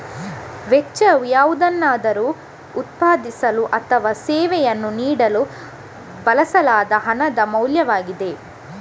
ವೆಚ್ಚವು ಯಾವುದನ್ನಾದರೂ ಉತ್ಪಾದಿಸಲು ಅಥವಾ ಸೇವೆಯನ್ನು ನೀಡಲು ಬಳಸಲಾದ ಹಣದ ಮೌಲ್ಯವಾಗಿದೆ